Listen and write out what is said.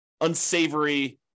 unsavory